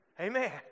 Amen